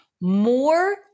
more